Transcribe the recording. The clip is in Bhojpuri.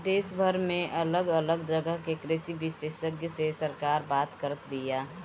देशभर में अलग अलग जगह के कृषि विशेषग्य से सरकार बात करत बिया